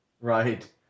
Right